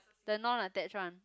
the non attached one